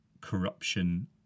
corruption